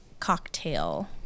cocktail